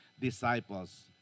disciples